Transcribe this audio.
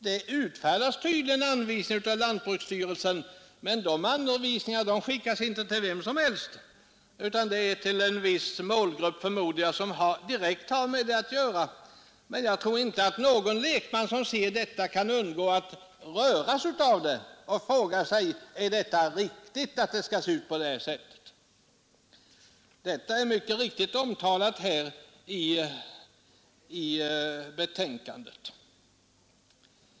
Det utfärdas tydligen anvisningar av lantbruksstyrelsen, men dessa skickas inte till vem som helst utan till en viss målgrupp, förmodar jag, som har direkt med detta att göra. Jag tror inte att någon lekman som iakttar dessa förhållanden kan undgå att röras av dem och fråga sig: Är det rätt att det skall vara på det här sättet? Detta är mycket riktigt påtalat i utskottsbetänkandet.